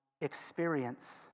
experience